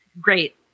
Great